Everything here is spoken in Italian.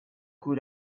cui